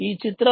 ఈ చిత్రం